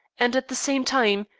and, at the same time,